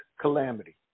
calamity